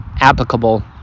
applicable